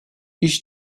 i̇ş